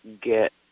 get